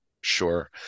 Sure